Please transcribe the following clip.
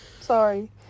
Sorry